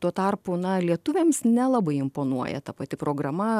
tuo tarpu na lietuviams nelabai imponuoja ta pati programa